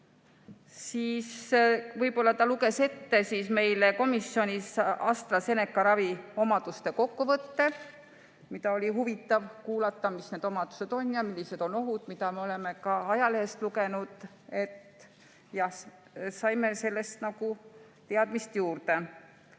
esile].Ta luges meile komisjonis ette AstraZeneca raviomaduste kokkuvõtte. Seda oli huvitav kuulata, mis need omadused on ja millised on ohud, mida me oleme ka ajalehest lugenud. Jah, saime sellest nagu teadmisi juurde.